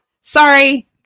sorry